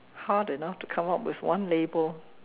hard enough to come up with one label